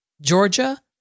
Georgia